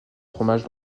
fromage